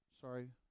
Sorry